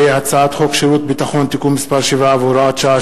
הצעת חוק שירות ביטחון (תיקון מס' 7 והוראת שעה)